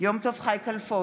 יום טוב חי כלפון,